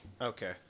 Okay